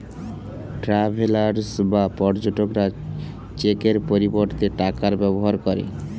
travellers বা পর্যটকরা চেকের পরিবর্তে টাকার ব্যবহার করে